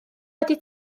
wedi